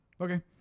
Okay